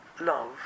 love